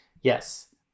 Yes